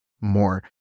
more